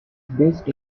based